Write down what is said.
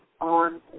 on